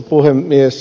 puhemies